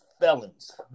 felons